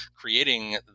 creating